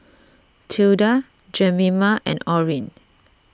Tilda Jemima and Orrin